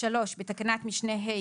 בתקנת משנה (ה),